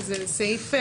וזה סעיף מקורי.